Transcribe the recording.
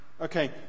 Okay